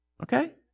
okay